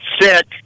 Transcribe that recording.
sick